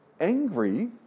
angry